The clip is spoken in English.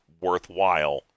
worthwhile